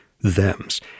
thems